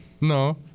No